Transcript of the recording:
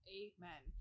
amen